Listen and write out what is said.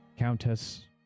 Countess